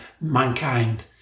mankind